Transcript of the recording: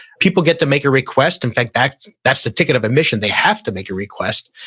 people get to make a request. in fact, that's that's the ticket of admission, they have to make a request,